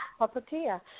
Papatia